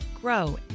grow